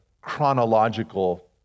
chronological